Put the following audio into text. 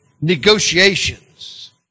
negotiations